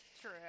True